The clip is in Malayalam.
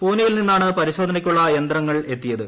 പൂനൈയിൽ നിന്നാണ് പരിശോധനയ്ക്കുള്ള യന്തങ്ങൾ എത്തിയത്